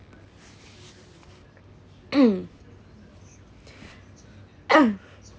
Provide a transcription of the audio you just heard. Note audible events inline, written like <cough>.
<coughs> <coughs>